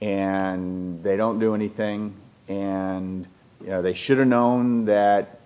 and they don't do anything and they should have known that